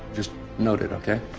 just note it, okay?